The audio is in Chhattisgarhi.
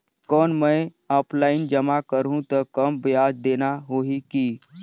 कौन मैं ऑफलाइन जमा करहूं तो कम ब्याज देना होही की?